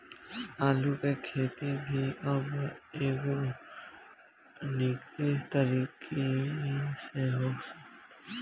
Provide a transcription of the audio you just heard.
आलू के खेती भी अब एरोपोनिक्स तकनीकी से हो सकता